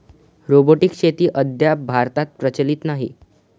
robotic शेती अद्याप भारतात प्रचलित नाही